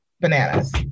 bananas